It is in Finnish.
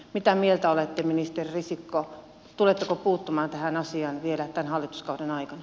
mitä mieltä olette ministeri risikko tuletteko puuttumaan tähän asiaan vielä tämän hallituskauden aikana